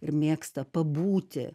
ir mėgsta pabūti